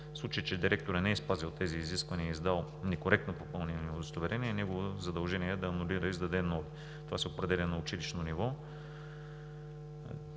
В случай че директорът не е спазил тези изисквания и е издал некоректно попълнени удостоверения, негово задължение е да ги анулира и издаде нови. Това се определя на училищно ниво.